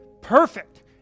Perfect